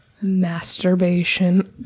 Masturbation